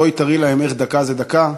בואי תראי להם איך דקה זה דקה.